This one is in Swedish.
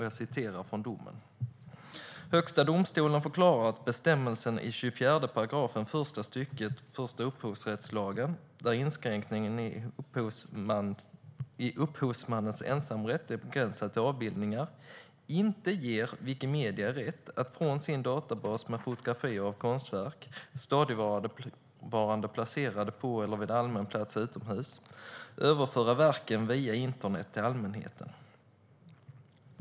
Jag citerar från domen: "Högsta domstolen förklarar att bestämmelsen i 24 § första stycket i upphovsrättslagen, där inskränkningen i upphovsmannens ensamrätt är begränsad till avbildningar, inte ger Wikimedia rätt att från sin databas med fotografier av konstverk, stadigvarande placerade på eller vid allmän plats utomhus, överföra verken via internet till allmänheten.